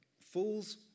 Fools